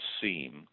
seem